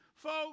Folks